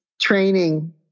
training